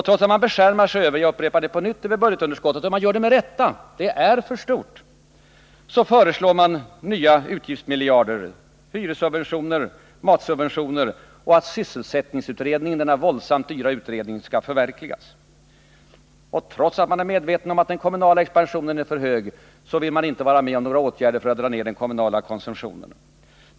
Trots att man beskärmar sig över budgetunderskottet — och det gör man med rätta, det är för stort — så föreslår man nya utgiftsmiljarder, hyressubventioner, matsubventioner och att den våldsamt dyra sysselsättningsutredningens förslag skall förverkligas. Trots att man är medveten om att den kommunala expansionen är för hög vill man inte vara med om några åtgärder för att dra ned den kommunala konsumtionen.